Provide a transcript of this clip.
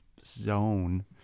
zone